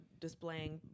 displaying